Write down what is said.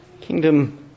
kingdom